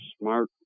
smart